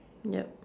yup